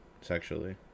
sexually